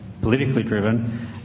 politically-driven